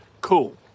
Cool